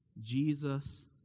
Jesus